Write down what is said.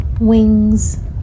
wings